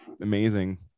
amazing